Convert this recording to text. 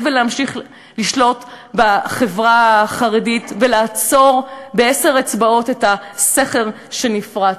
ולהמשיך לשלוט בחברה החרדית ולעצור בעשר אצבעות את הסכר שנפרץ.